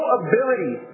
ability